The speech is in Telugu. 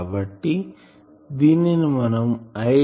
కాబట్టి దీనిని మనం I